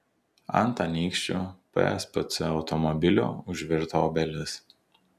ant anykščių pspc automobilio užvirto obelis